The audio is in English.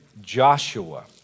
Joshua